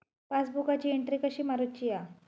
पासबुकाची एन्ट्री कशी मारुची हा?